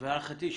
הערכתי,